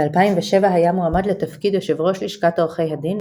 ב-2007 היה מועמד לתפקיד יו"ר לשכת עורכי הדין,